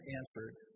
answered